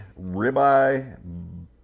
Ribeye